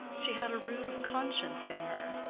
she had a root of conscience in her,